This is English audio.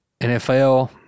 NFL